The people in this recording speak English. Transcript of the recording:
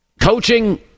coaching